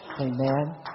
Amen